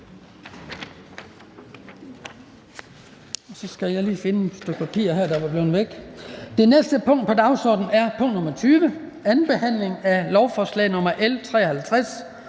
Det næste punkt på dagsordenen er: 21) 2. behandling af lovforslag nr.